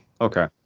Okay